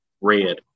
red